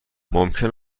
ممکن